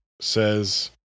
says